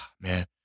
man